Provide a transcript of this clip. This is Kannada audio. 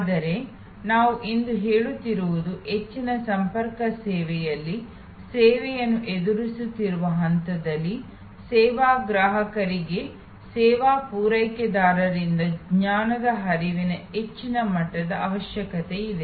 ಆದರೆ ನಾವು ಇಂದು ಹೇಳುತ್ತಿರುವುದು ಹೆಚ್ಚಿನ ಸಂಪರ್ಕ ಸೇವೆಯಲ್ಲಿ ಸೇವೆಯನ್ನು ಎದುರಿಸುತ್ತಿರುವ ಹಂತದಲ್ಲಿ ಸೇವಾ ಗ್ರಾಹಕರಿಗೆ ಸೇವಾ ಪೂರೈಕೆದಾರರಿಂದ ಜ್ಞಾನದ ಹರಿವಿನ ಹೆಚ್ಚಿನ ಮಟ್ಟದ ಅವಶ್ಯಕತೆಯಿದೆ